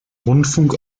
rundfunk